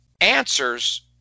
answers